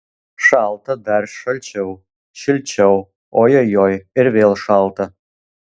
šalta dar šalčiau šilčiau ojojoi ir vėl šalta